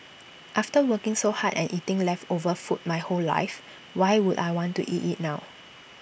after working so hard and eating leftover food my whole life why would I want to eat IT now